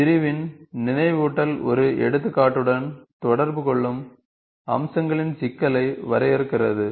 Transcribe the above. பிரிவின் நினைவூட்டல் ஒரு எடுத்துக்காட்டுடன் தொடர்பு கொள்ளும் அம்சங்களின் சிக்கலை வரையறுக்கிறது